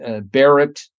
Barrett